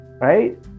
right